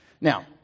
Now